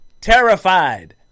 Terrified